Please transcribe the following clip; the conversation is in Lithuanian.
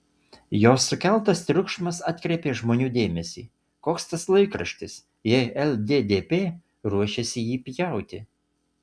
jos sukeltas triukšmas atkreipė žmonių dėmesį koks tas laikraštis jei lddp ruošiasi jį pjauti